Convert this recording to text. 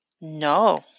No